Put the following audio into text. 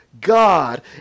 God